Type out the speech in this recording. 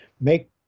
make